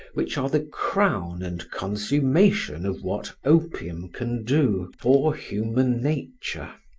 which are the crown and consummation of what opium can do for human nature.